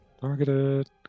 targeted